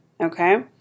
Okay